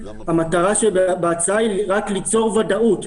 המטרה בהצעה היא רק ליצור ודאות,